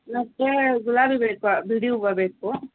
ಮತ್ತು ಗುಲಾಬಿ ಬೇಕು ಬಿಡಿ ಹೂವು ಬೇಕು